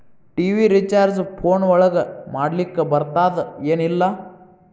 TV recharge phone ಒಳಗ ಮಾಡ್ಲಿಕ್ ಬರ್ತಾದ ಏನ್ ಇಲ್ಲ?